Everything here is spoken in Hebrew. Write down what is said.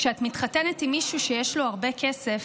כשאת מתחתנת עם מישהו שיש לו הרבה כסף,